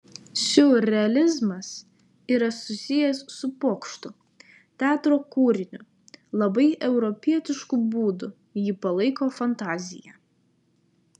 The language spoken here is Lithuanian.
siurrealizmas yra susijęs su pokštu teatro kūriniu labai europietišku būdu jį palaiko fantazija